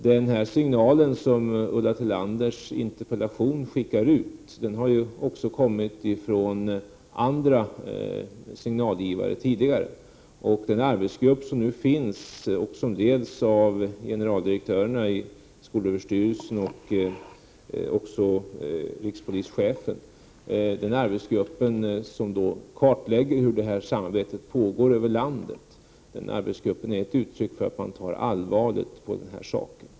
Den signal som Ulla Tillanders interpellation skickar ut har också kommit från andra signalgivare tidigare. Den arbetsgrupp som nu finns och som leds av generaldirektören i skolöverstyrelsen och rikspolischefen kartlägger hur detta samarbete pågår över landet. Den arbetsgruppen är ett uttryck för att man tar allvarligt på denna sak.